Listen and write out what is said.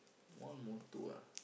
one motto ah